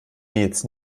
nils